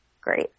Great